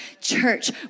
church